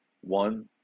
one